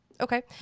Okay